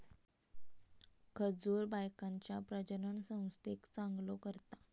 खजूर बायकांच्या प्रजननसंस्थेक चांगलो करता